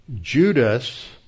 Judas